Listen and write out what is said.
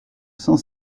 cent